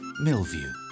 Millview